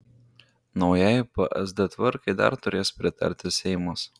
naujai psd tvarkai dar turės pritarti seimas